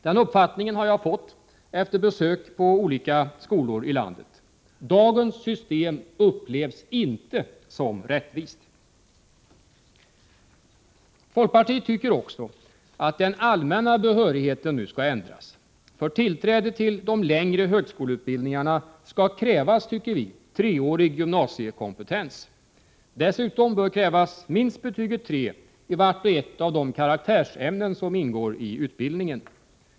Den uppfattningen har jag fått efter besök på olika skolor i landet. Dagens system upplevs inte som rättvist. Folkpartiet tycker nu också att den allmänna behörigheten skall ändras. För tillträde till de längre högskoleutbildningarna skall krävas treårig gymnasiekompetens. Dessutom bör krävas minst betyget 3 i vart och ett av de karaktärsämnen som ingår i utbildningen.